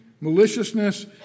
maliciousness